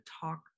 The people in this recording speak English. talk